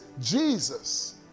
Jesus